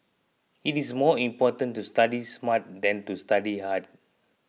it is more important to study smart than to study hard